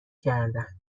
کردن